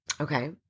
Okay